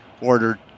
ordered